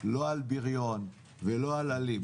לא על "בריון" ולא על "אלים".